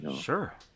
Sure